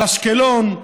על אשקלון,